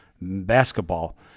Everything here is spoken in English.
basketball